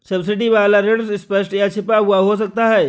subsidy वाला ऋण स्पष्ट या छिपा हुआ हो सकता है